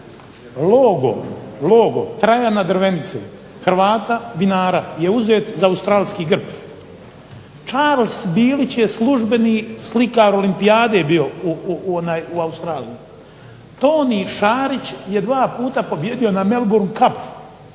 Logo Trajana Drvenice Hrvata vinara je uzet za australski grb. Charles Bilić je službeni slikar Olimpijade bio u Australiji. Tony Šantić je 2 puta pobijedio na Melbourne Cup-u,